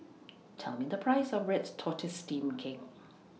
Tell Me The Price of rest Tortoise Steamed Cake